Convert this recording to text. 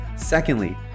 Secondly